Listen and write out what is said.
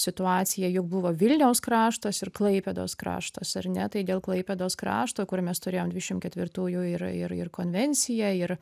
situacija juk buvo vilniaus kraštas ir klaipėdos kraštas ar ne tai dėl klaipėdos krašto kur mes turėjom dvidešim ketvirtųjų ir ir ir konvenciją ir